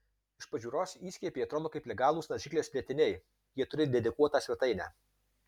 iš pažiūros įskiepiai atrodo kaip legalūs naršyklės plėtiniai jie turi dedikuotą svetainę